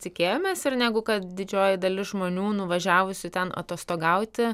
tikėjomės ir negu kad didžioji dalis žmonių nuvažiavusių ten atostogauti